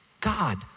God